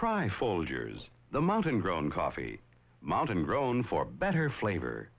trifold years the mountain grown coffee mountain grown for better flavor